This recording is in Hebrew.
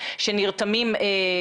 נושא האפוטרופוס,